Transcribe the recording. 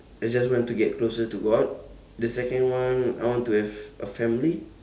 I just want to get closer to god the second one I want to have a family